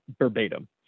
verbatim